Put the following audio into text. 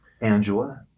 Angela